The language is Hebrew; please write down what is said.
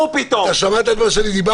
זה מה שאתה עושה.